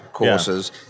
courses